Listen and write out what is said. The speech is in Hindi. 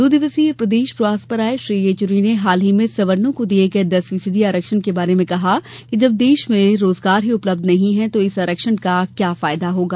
दो दिवसीय प्रदेश प्रवास पर आये श्री येचुरी ने हाल ही में सवर्णों को दिये दस फीसदी आरक्षण के बारे में कहा कि जब देश में रोजगार ही उपलब्ध नहीं है तो इस आरक्षण का क्या फायदा होगा